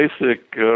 basic